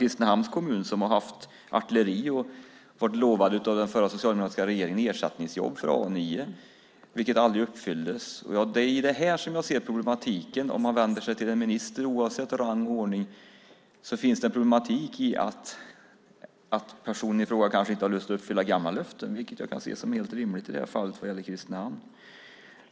Kristinehamns kommun har haft artilleri och blev av den socialdemokratiska regeringen lovad ersättningsjobb för A 9. Det uppfylldes aldrig. Det är här det finns ett problem. Om man vänder sig till en minister, oavsett rang och ordning, finns det ett problem med att den personen kanske inte vill uppfylla gamla löften. Det kan jag se som helt rimligt vad gäller Kristinehamn.